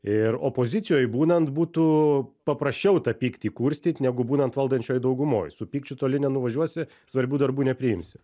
ir opozicijoj būnant būtų paprasčiau tą pyktį kurstyt negu būnant valdančiojoj daugumoj su pykčiu toli nenuvažiuosi svarbių darbų nepriimsi